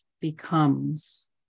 becomes